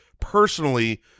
personally